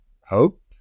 hope